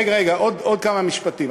רגע, רגע, עוד כמה משפטים.